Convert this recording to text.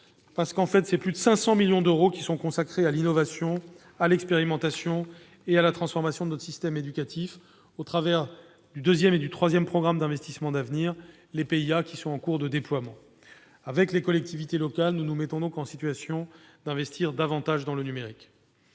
domaine. En réalité, plus de 500 millions d'euros sont consacrés à l'innovation, à l'expérimentation et à la transformation de notre système éducatif, au travers du deuxième et troisième programme d'investissements d'avenir, ou PIA, en cours de déploiement. Avec les collectivités locales, nous nous mettons donc en situation d'investir davantage dans le numérique.